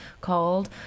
called